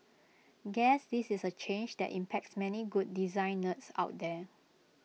guess this is A change that impacts many good design nerds out there